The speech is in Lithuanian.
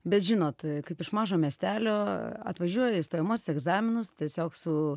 bet žinot kaip iš mažo miestelio atvažiuoja į stojamus egzaminus tiesiog su